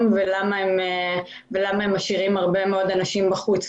ולמה הם משאירים הרבה מאוד אנשים בחוץ.